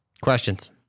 Questions